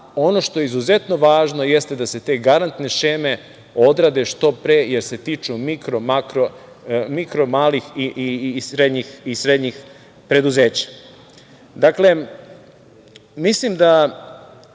Ono što je izuzetno važno jeste da se te garantne šeme odrade što pre jer se tiču mikro, malih i srednjih preduzeća. Dakle, mislim da